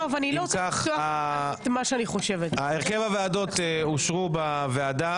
אם כך, הרכב הוועדות אושר בוועדה.